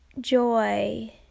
joy